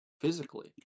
physically